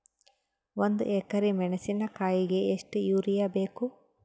ಒಂದ್ ಎಕರಿ ಮೆಣಸಿಕಾಯಿಗಿ ಎಷ್ಟ ಯೂರಿಯಬೇಕು?